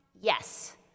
Yes